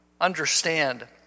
understand